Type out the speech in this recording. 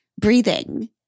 breathing